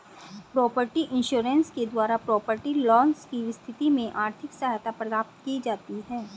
property insurance के द्वारा property loss की स्थिति में आर्थिक सहायता प्राप्त की जाती है